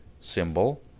symbol